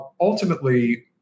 Ultimately